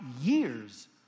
year's